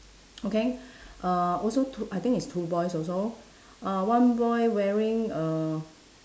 okay uh also two I think it's two boys also uh one boy wearing a